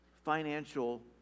financial